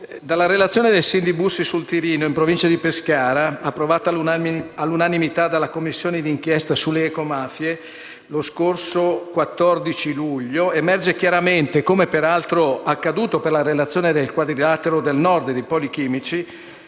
dalla relazione sul SIN di Bussi sul Tirino, in provincia di Pescara, approvata all'unanimità dalla Commissione di inchiesta sulle ecomafie lo scorso 14 luglio 2016, emerge chiaramente - come peraltro accaduto per la relazione sui poli chimici